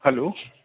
hello